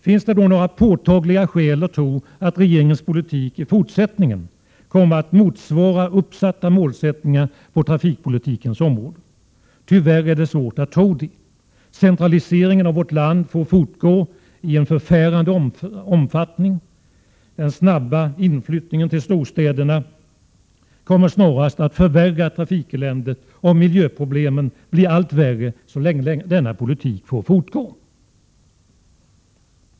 Finns det då några påtagliga skäl att tro att regeringens politik i fortsättningen kommer att motsvara uppsatta mål på trafikpolitikens områ de? Tyvärr är det svårt att tro det. Centraliseringen av vårt land får fortgå i en förfärande omfattning. Den snabba inflyttningen till storstäderna kommer snarast att förvärra trafikeländet, och miljöproblemen blir allt värre så länge denna politik får fortgå.